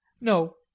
No